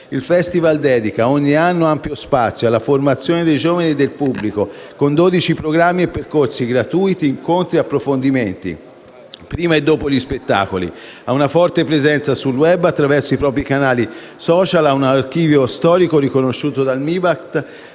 Il Festival dedica ogni anno ampio spazio alla formazione dei giovani e del pubblico con 12 programmi e percorsi gratuiti, incontri ed approfondimenti prima e dopo gli spettacoli, ha una forte presenza sul *web* attraverso i propri canali *social*, ha un archivio storico riconosciuto dal Mibact